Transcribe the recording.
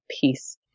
peace